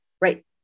Right